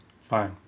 Fine